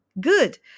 Good